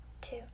two